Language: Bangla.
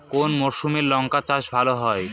কোন মরশুমে লঙ্কা চাষ ভালো হয়?